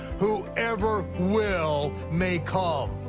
whoever will may come.